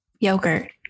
yogurt